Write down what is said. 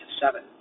seven